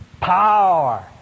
power